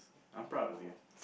I'm proud of you